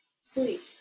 sleep